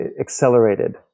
accelerated